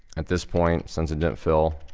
at this point since it didn't fill,